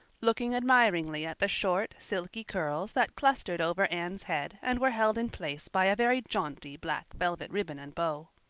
looking admiringly at the short, silky curls that clustered over anne's head and were held in place by a very jaunty black velvet ribbon and bow.